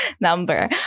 number